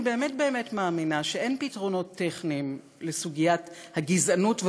אני באמת באמת מאמינה שאין פתרונות טכניים לסוגיית הגזענות,